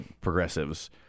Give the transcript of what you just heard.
progressives